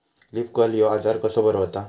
Leaf curl ह्यो आजार कसो बरो व्हता?